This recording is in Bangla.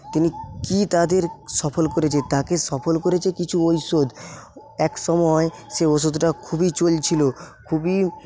তিনি কি তাদের সফল করেছে তাকে সফল করেছে কিছু ঔষধ একসময় সেই ওষুধটা খুবই চলছিল খুবই